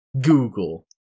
Google